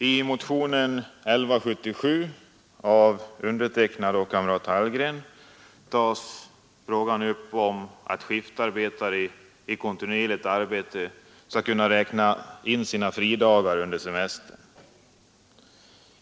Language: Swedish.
I motionen 1177 av mig och kamrat Hallgren tar vi upp frågan om att skiftarbetare i kontinuerligt arbete skall kunna räkna in sina fridagar under semestern.